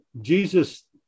Jesus